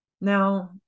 Now